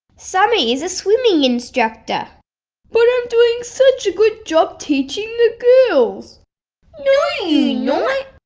summer is a swimming instructor but i'm doing such a good job teaching the girls no you not!